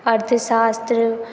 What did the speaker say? अर्थशास्त्र